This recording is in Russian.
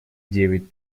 девять